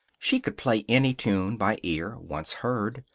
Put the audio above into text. she could play any tune by ear, once heard.